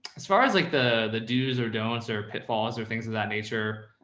as far as like the, the do's or don'ts or pitfalls or things of that nature,